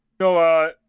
No